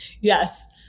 Yes